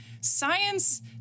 science